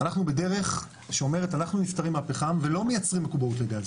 הלכנו בדרך שאומרת 'אנחנו נפטרים מהפחם ולא מייצרים מקובעות לגז.